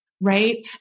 Right